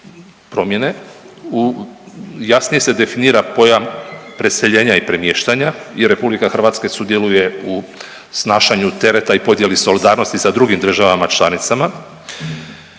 promjene. Jasnije se definira pojam preseljenja i premještanja, jer Republika Hrvatska sudjeluje u snašanju tereta i podjeli solidarnosti sa drugim državama članicama.